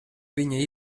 viņa